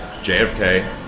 JFK